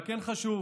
והכן חשוב.